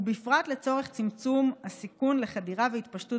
ובפרט לצורך צמצום הסיכון לחדירה והתפשטות